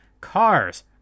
cars